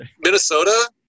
Minnesota